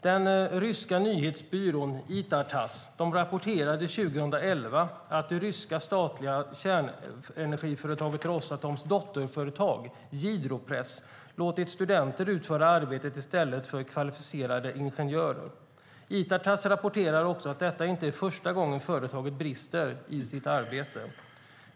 Den ryska nyhetsbyrån Itar-Tass rapporterade 2011 att det ryska statliga kärnenergiföretaget Rosatoms dotterföretag Gidropress låtit studenter utföra arbetet i stället för kvalificerade ingenjörer. Itar-Tass rapporterar också att det inte är första gången företaget brister i sitt arbete.